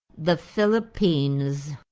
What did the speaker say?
the philippines.